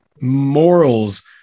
morals